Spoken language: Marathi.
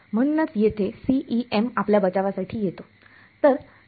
म्हणूनच येथे CEM आपल्या बचावासाठी येतो